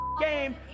game